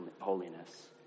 holiness